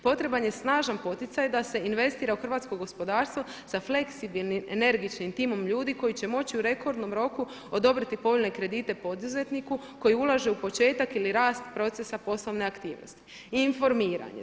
Potreban je snažan poticaj da se investira u hrvatsko gospodarstvo sa fleksibilnim energičnim timom ljudi koji će moći u rekordnom roku odobriti povoljne kredite poduzetniku koji ulaže u početak ili rast procesa poslovne aktivnosti i informiranju.